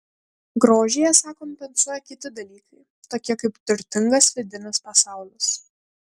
grožį esą kompensuoja kiti dalykai tokie kaip turtingas vidinis pasaulis